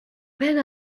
peine